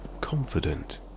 confident